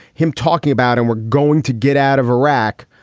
him talking about and we're going to get out of iraq.